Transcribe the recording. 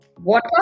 Water